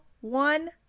one